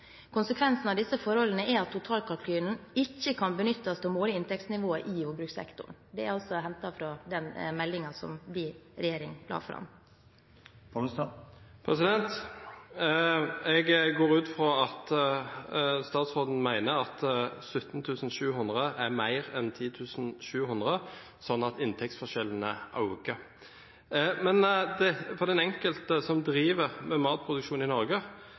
av disse forholdene er at Totalkalkylen ikke kan benyttes til å måle inntektsnivået i jordbrukssektoren.» Det er altså hentet fra den meldingen som din regjering la fram. Jeg går ut fra at statsråden mener at 17 700 kr er mer enn 10 700 kr, sånn at inntektsforskjellene øker. For den enkelte som driver med matproduksjon i Norge,